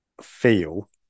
feel